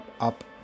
up